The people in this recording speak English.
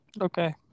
Okay